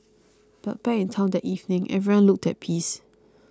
but back in town that evening everyone looked at peace